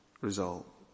result